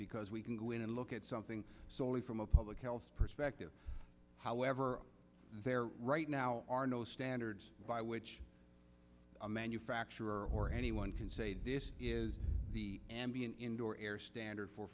because we can go in and look at something soley from a public health perspective however there right now are no standards by which a manufacturer or anyone can say this is the and be an indoor air standard for